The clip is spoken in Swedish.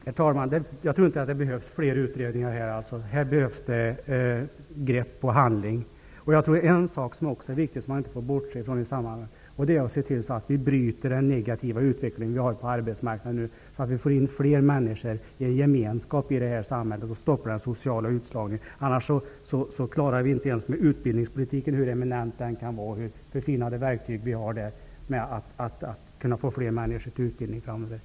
Herr talman! Jag tror inte att det behövs fler utredningar här. Vad som behövs är grepp och handling. En sak som också är viktig och som inte får bortses från i sammanhanget är, tror jag, att man ser till att den negativa utvecklingen på arbetsmarknaden bryts. Det gäller ju att få in fler människor i gemenskapen här i samhället samt att stoppa den sociala utslagningen, för annars klarar vi aldrig att med hjälp av utbildningspolitiken -- hur eminent denna än är och hur förfinade verktygen än är -- få med fler människor i utbildning framöver.